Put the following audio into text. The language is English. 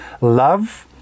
love